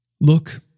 Look